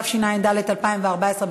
התשע"ד 2014,